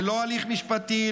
ללא הליך משפטי,